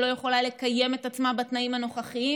שלא יכולה לקיים את עצמה בתנאים הנוכחיים,